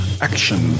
action